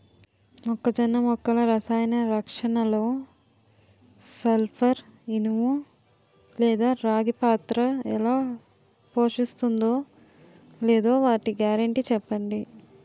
మొక్కజొన్న మొక్కల రసాయన రక్షణలో సల్పర్, ఇనుము లేదా రాగి పాత్ర ఎలా పోషిస్తుందో లేదా వాటి గ్యారంటీ చెప్పండి